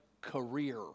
career